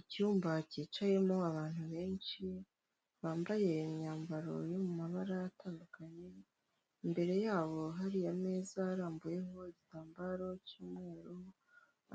Icyumba cyicayemo abantu benshi, bambaye imyambaro yo mu mabara atandukanye, imbere yabo hari ameza arambuyeho igitambaro cy'umweru,